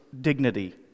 dignity